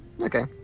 Okay